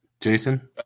Jason